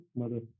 mother